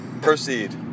Proceed